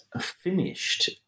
finished